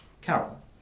Carol